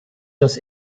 das